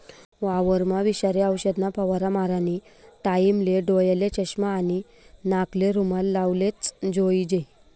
वावरमा विषारी औषधना फवारा मारानी टाईमले डोयाले चष्मा आणि नाकले रुमाल लावलेच जोईजे